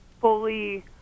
fully